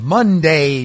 Monday